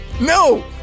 No